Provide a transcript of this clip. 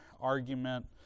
argument